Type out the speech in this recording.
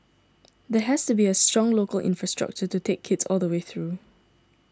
there has to be a strong local infrastructure to take kids all the way through